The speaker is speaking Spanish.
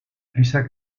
lisa